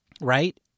Right